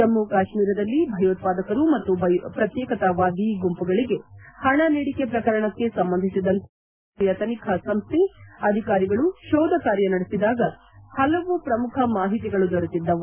ಜಮ್ಮ ಕಾಶ್ಮೀರದಲ್ಲಿ ಭಯೋತ್ವಾದಕರು ಮತ್ತು ಪ್ರತ್ಯೇಕತಾವಾದಿ ಗುಂಪುಗಳಿಗೆ ಪಣ ನೀಡಿಕೆ ಪ್ರಕರಣಕ್ಕೆ ಸಂಬಂಧಿಸಿದಂತೆ ಕಳೆದ ತಿಂಗಳು ರಾಷ್ಟೀಯ ತನಿಖಾ ಸಂಸ್ಥೆ ಅಧಿಕಾರಿಗಳು ತೋಧ ಕಾರ್ಯ ನಡೆಸಿದಾಗ ಪಲವು ಪ್ರಮುಖ ಮಾಹಿತಿಗಳು ದೊರೆತ್ತಿದ್ದವು